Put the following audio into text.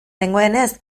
nengoenez